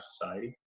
society